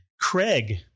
Craig